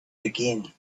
again